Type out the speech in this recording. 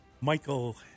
Michael